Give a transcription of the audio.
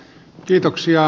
kiitoksia